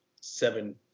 seven